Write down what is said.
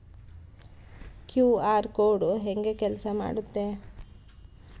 QR code ಹೆಂಗ ಕೆಲಸ ಮಾಡುತ್ತೆ?